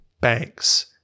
banks